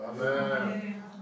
Amen